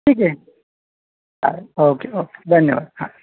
ठीक आहे चालेल ओके ओके धन्यवाद हा